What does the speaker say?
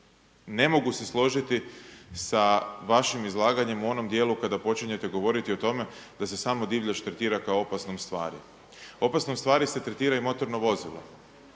ne mogu se složiti sa vašim izlaganjem u onom dijelu kada počinjete govoriti o tome da se samo divljač tretira kao opasnom stvari. Opasnom stvari se tretira i motorno vozilo.